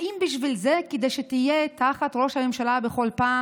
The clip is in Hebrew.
האם בשביל זה, כדי שתהיה תחת ראש הממשלה בכל פעם?